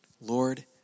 Lord